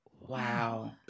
Wow